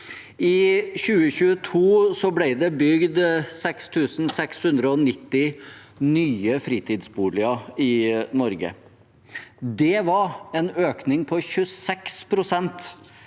I 2022 ble det bygd 6 690 nye fritidsboliger i Norge. Det var en økning på 26 pst.